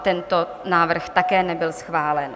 Tento návrh také nebyl schválen.